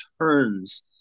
turns